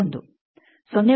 1 0